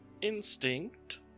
Instinct